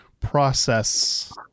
process